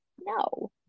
no